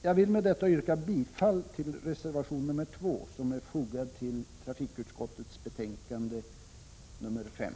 Jag vill med detta yrka bifall till reservation nr 2, som är fogad till trafikutskottets betänkande 5.